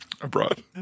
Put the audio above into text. Abroad